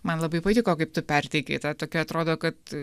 man labai patiko kaip tu perteikei tą tokią atrodo kad